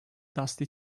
dusty